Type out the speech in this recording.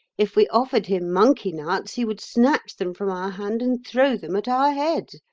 if we offered him monkey-nuts, he would snatch them from our hand and throw them at our head.